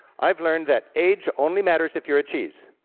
i've learned that age only matters if you're a cheese,